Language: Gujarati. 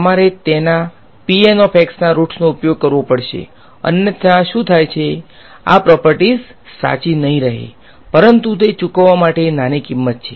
તમારે તેના ના રુટ્સનો ઉપયોગ કરવો પડશે અન્યથા શું થાય છે આ પ્રોપર્ટીઝ સાચી નહીં રહે પરંતુ તે ચૂકવવા માટે નાની કિંમત છે